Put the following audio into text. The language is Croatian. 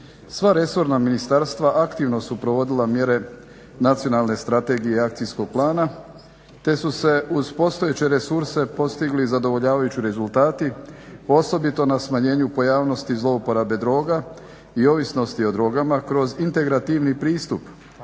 Sva resorna ministarstva aktivno su provodila mjere Nacionalne strategije i Akcijskog plana te su se uz postojeće resurse postigli zadovoljavajući rezultati, osobito na smanjenju pojavnosti zlouporabe droga i ovisnosti o drogama kroz integrativni pristup,